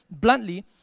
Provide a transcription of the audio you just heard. bluntly